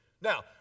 now